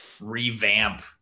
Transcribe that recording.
revamp